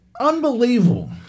unbelievable